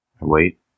Wait